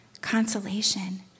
consolation